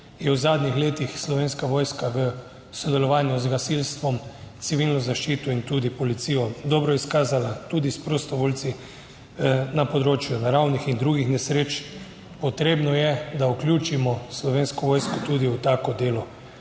v zadnjih letih Slovenska vojska v sodelovanju z gasilstvom, civilno zaščito in tudi Policijo dobro izkazala tudi s prostovoljci na področju naravnih in drugih nesreč, potrebno je, da vključimo Slovensko vojsko tudi v tako delo.